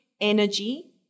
energy